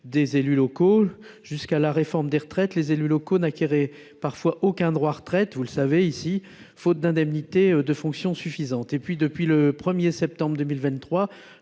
des élus locaux. Jusqu’à la réforme des retraites, les élus locaux n’acquerraient parfois aucun droit à retraite, faute d’indemnités de fonction suffisantes. Depuis le 1 septembre 2023,